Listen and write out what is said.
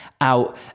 out